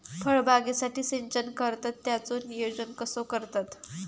फळबागेसाठी सिंचन करतत त्याचो नियोजन कसो करतत?